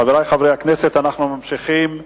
חברי חברי הכנסת, אנחנו ממשיכים בסדר-היום: